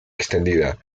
extendida